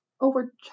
over